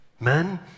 Men